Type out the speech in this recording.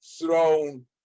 throne